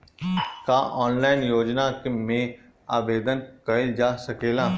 का ऑनलाइन योजना में आवेदन कईल जा सकेला?